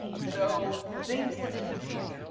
so things will disappear.